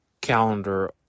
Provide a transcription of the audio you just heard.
calendar